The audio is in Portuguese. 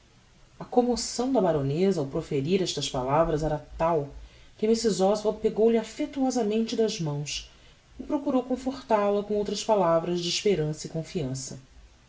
a commoção da baroneza ao proferir estas palavras era tal que mrs oswald pegou-lhe affectuosamente das mãos e procurou conforta la com outras palavras de esperança e confiança